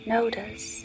Notice